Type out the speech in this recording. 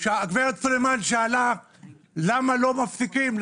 שהגברת סלימאן שאלה למה לא מפסיקים,